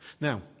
Now